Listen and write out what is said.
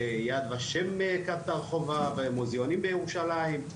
ביד ושם כאתר חובה ומוזאונים בירושלים,